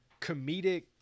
comedic